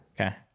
Okay